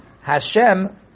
Hashem